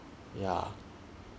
ya